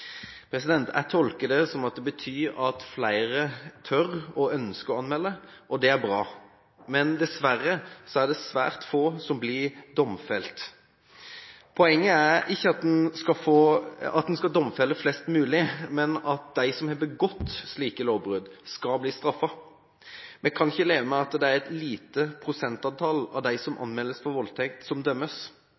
Jeg tolker det slik at flere tør og ønsker å anmelde, og det er bra, men dessverre er det svært få som blir domfelt. Poenget er ikke at man skal domfelle flest mulig, men at de som har begått slike lovbrudd, skal bli straffet. Vi kan ikke leve med at det er et lite prosentantall av de som anmeldes for voldtekt, som dømmes.